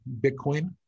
Bitcoin